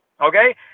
Okay